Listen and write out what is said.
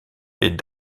est